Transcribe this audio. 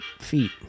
feet